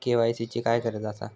KYC ची काय गरज आसा?